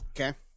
Okay